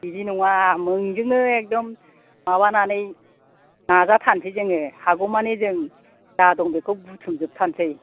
बिदि नङा नोंजोंनो एकद'म माबानानै नाजाथारनोसै जोङो हागौमानि जों जा दं बेखौ बुथुमजोबथारनोसै